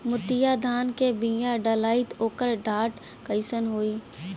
मोतिया धान क बिया डलाईत ओकर डाठ कइसन होइ?